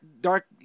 dark